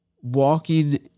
walking